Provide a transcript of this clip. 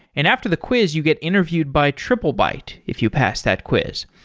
and after the quiz, you get interviewed by triplebyte if you pass that quiz.